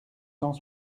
cent